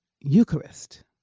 Eucharist